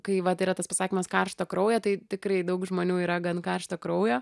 kai vat yra tas pasakymas karšto kraujo tai tikrai daug žmonių yra gan karšto kraujo